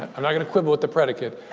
i'm not going to quibble with the predicate.